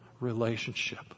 relationship